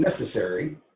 necessary